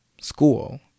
school